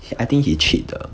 I think he cheat 的